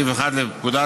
סעיף 1 לפקודת